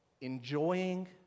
Enjoying